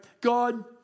God